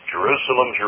Jerusalem